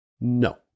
No